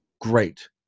great